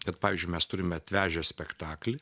kad pavyzdžiui mes turime atvežę spektaklį